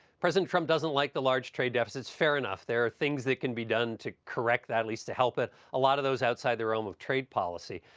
president trump doesn't like the large trade deficits. fair enough. there are things that can be done to correct that, at least to help it, a lot of those outside the realm of trade policy.